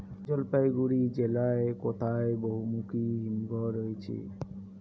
জলপাইগুড়ি জেলায় কোথায় বহুমুখী হিমঘর রয়েছে?